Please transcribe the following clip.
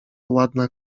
ładna